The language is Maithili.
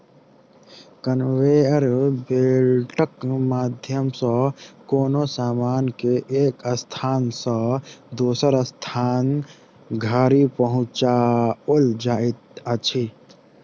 कन्वेयर बेल्टक माध्यम सॅ कोनो सामान के एक स्थान सॅ दोसर स्थान धरि पहुँचाओल जाइत अछि